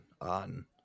on